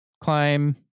climb